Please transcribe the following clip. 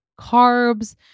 carbs